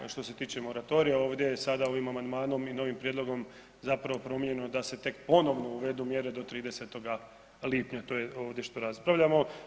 Što se tiče moratorija, ovdje je sada ovim amandmanom i novim prijedlogom zapravo promijenjeno da se tek ponovno uvedu mjere do 30.lipnja to je ovdje što raspravljamo.